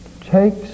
takes